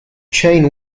chain